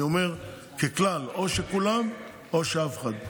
אני אומר ככלל, או שכולם, או שאף אחד.